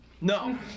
No